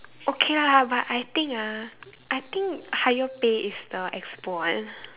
okay ah but I think pah[ I think higher pay is the expo one